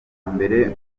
mbere